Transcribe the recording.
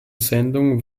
sendung